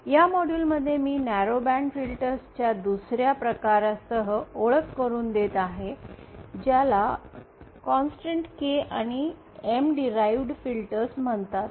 या मॉड्यूलमध्ये मी न्यारो बँड फिल्टर्स च्या दुसर्या प्रकारसह ओळख करून देत आहे ज्याला कॉन्सेंटेंट K आणि M डिराइवडड फिल्टर म्हणतात